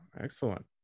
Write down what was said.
Excellent